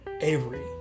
Avery